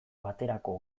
baterako